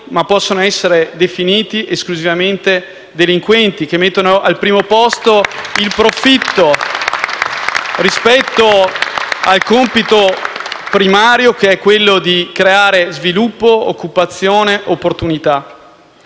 non possono essere definiti imprenditori, ma esclusivamente delinquenti che mettono al primo posto il profitto rispetto al compito primario, che è quello di creare sviluppo, occupazione e opportunità.